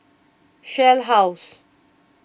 Shell House